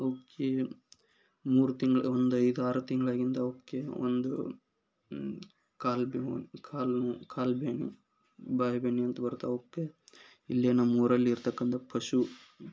ಅವಕ್ಕೆ ಮೂರು ತಿಂಗ್ಳು ಒಂದು ಐದಾರು ತಿಂಗಳ ಹಿಂದೆ ಅವಕ್ಕೆ ಒಂದು ಕಾಲ್ಬೆವನ್ ಕಾಲ್ ಕಾಲ್ಬೇನೆ ಬಾಯ್ಬೇ ನೆ ಅಂತ ಬರ್ತೆ ಅವಕ್ಕೆ ಇಲ್ಲಿ ನಮ್ಮ ಊರಲ್ಲಿ ಇರತಕ್ಕಂಥ ಪಶು